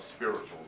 spiritual